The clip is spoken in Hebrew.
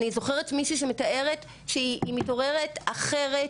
אני זוכרת מישהי שמתארת שהיא מתעוררת אחרת,